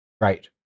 right